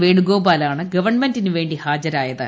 വേണുഗോപാലാ ണ് ഗവൺമെന്റിന് വേണ്ടി ഹാജരായത്